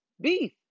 beef